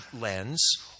lens